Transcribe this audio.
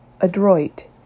adroit